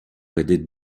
aider